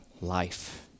life